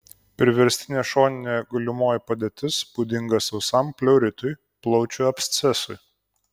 priverstinė šoninė gulimoji padėtis būdinga sausam pleuritui plaučių abscesui